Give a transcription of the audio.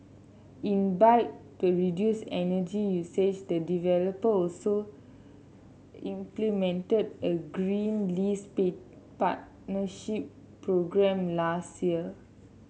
in bid to reduce energy usage the developer also implemented a green lease be partnership programme last year